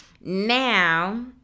Now